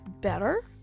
better